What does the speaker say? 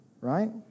Right